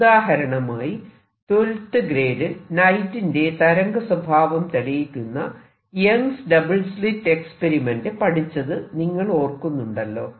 ഉദാഹരണമായി 12th ഗ്രേഡിൽ ലൈറ്റിന്റെ തരംഗ സ്വഭാവം തെളിയിക്കുന്ന Young's double slit experiment Young's double slit experiment പഠിച്ചത് നിങ്ങൾ ഓർക്കുന്നുണ്ടല്ലോ